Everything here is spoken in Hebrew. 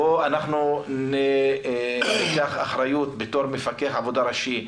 בואו אנחנו ניקח אחריות בתור מפקח עבודה ראשי,